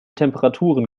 temperaturen